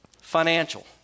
Financial